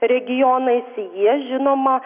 regionais jie žinoma